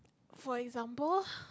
for example